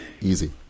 easy